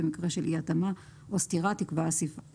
במקרה של אי התאמה או סתירה תקבע השפה העברית.